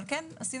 אבל כן בשתיים,